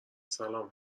سلام